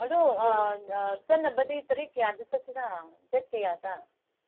ꯑꯗꯨ ꯆꯠꯅꯕꯗꯤ ꯇꯥꯔꯤꯛ ꯀꯌꯥꯗ ꯆꯠꯁꯤꯔꯥ ꯗꯦꯗ ꯀꯌꯥꯗ